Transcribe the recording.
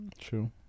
True